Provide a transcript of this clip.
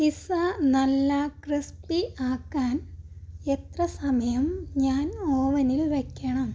pizza നല്ല crispy ആക്കാൻ എത്ര സമയം ഞാൻ ഓവനിൽ വയ്ക്കണം